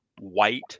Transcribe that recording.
white